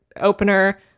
opener